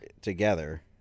together